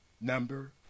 number